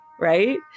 Right